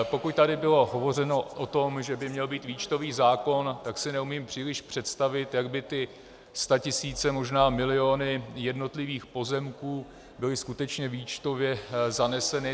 Pokud tady bylo hovořeno o tom, že by měl být výčtový zákon, tak si neumím příliš představit, jak by ty statisíce, možná miliony jednotlivých pozemků byly skutečně výčtově zaneseny.